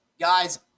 Guys